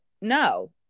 no